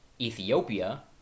Ethiopia